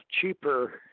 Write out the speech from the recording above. cheaper